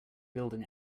building